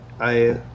I-